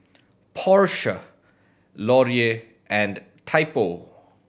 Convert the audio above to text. Porsche Laurier and Typo